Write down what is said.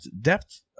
depth